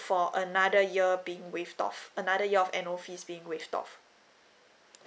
for another year being waived off another year of annual fees being waived off